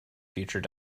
future